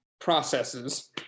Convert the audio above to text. processes